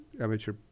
amateur